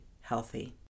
healthy